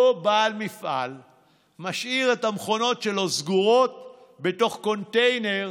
אותו בעל מפעל משאיר את המכונות שלו סגורות בתוך קונטיינר